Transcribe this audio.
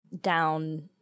down